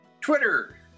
Twitter